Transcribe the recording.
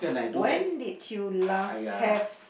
when did you last have